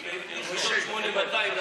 כי ב-8200,